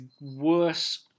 worse